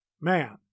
Man